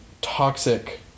toxic